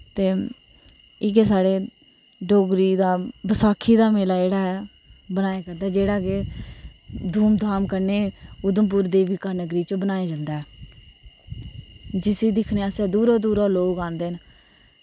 ते इयै साढ़े डोगरे दा बसाखी दा मेला जेह्ड़ा बनाए करदा जेह्ड़ा के धूम धाम कन्नै ऊधमपुर देविका नगरी च बनाया जंदा ऐ जिसी दिक्नैे आस्तै दूरा दूरा लोग आंदे न